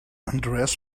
andreas